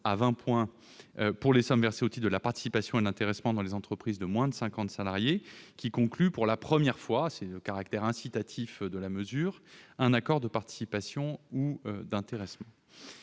à 8 % pour les sommes versées au titre de la participation et de l'intéressement dans les entreprises de moins de 50 salariés qui concluent, pour la première fois- c'est le caractère incitatif de la mesure -, un accord de participation ou d'intéressement.